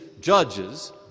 judges